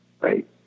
Right